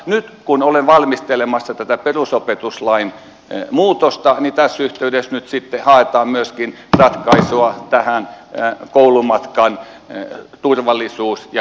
nyt kun olen valmistelemassa tätä perusopetuslain muutosta tässä yhteydessä nyt sitten haetaan myöskin ratkaisua tähän koulumatkan turvallisuus ja kiusaamisongelmaan